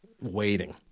waiting